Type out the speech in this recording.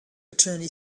attorney